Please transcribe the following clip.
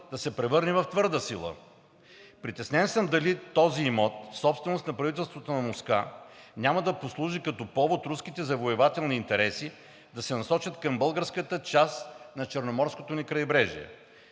да се превърне в твърда сила? Притеснен съм дали този имот, собственост на правителството на Москва, няма да послужи като повод руските завоевателни интереси да се насочат към българската част на Черноморското ни крайбрежие.